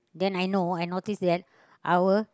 then I know I notice that I will